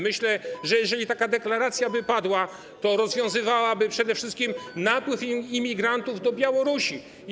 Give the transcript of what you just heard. Myślę, że jeżeli taka deklaracja by padła, to rozwiązywałaby przede wszystkim kwestię napływu imigrantów na Białoruś.